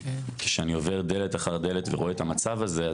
וכשאני עובר דלת אחר דלת ורואה את המצב הזה,